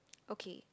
okay